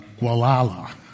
Gualala